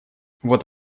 вот